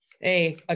Hey